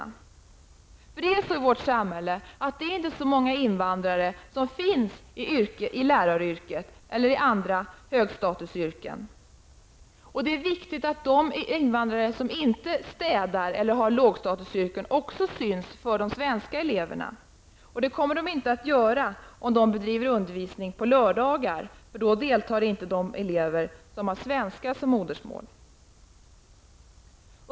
Det är nämligen så att det i vårt samhälle inte finns så många invandrare i läraryrket eller i andra högstatusyrken. Det är viktigt att också invandrare som inte städar eller har andra lågstatusyrken också syns för de svenska eleverna. Det kommer de inte att göra om de har undervisning på lördagar. Då deltar inte nämligen de elever som har svenska som modersmål.